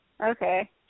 Okay